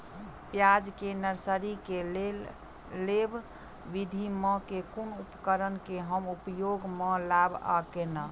प्याज केँ नर्सरी केँ लेल लेव विधि म केँ कुन उपकरण केँ हम उपयोग म लाब आ केना?